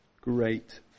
great